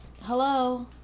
Hello